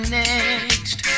next